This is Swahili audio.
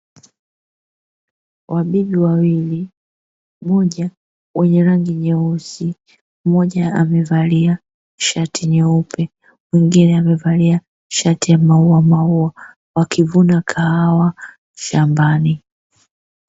Wabibi wawili; mmoja mwenye rangi nyeusi, mmoja amevalia shati nyeupe, mwingine amevalia shati ya mauwa mauwa wakivuna kahawa shambani.